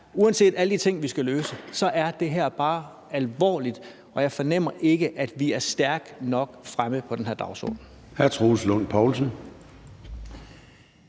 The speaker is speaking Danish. uanset alle de ting, vi skal løse, er det her bare alvorligt, og jeg fornemmer ikke, at vi er stærkt nok fremme på den her dagsorden.